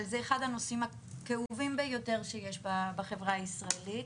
זה אחד הנושאים הכאובים ביותר שיש בחברה הישראלית,